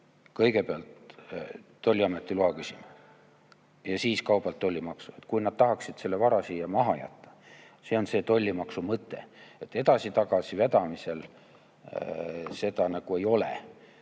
kõigepealt tolliameti loa küsima ja siis kaubalt tollimaksu, kui nad tahaksid selle vara siia maha jätta. See on see tollimaksu mõte. Edasi-tagasi vedamisel seda nagu ei ole,